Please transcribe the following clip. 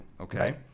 Okay